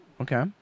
Okay